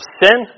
sin